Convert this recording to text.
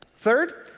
third,